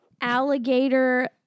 alligator